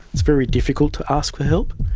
it's very difficult to ask for help.